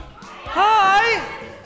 Hi